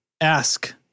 ask